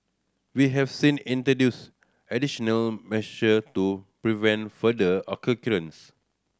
we have since introduced additional measure to prevent future occurrence